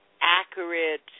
accurate